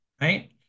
right